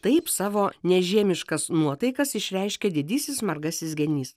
taip savo nežiemiškas nuotaikas išreiškia didysis margasis genys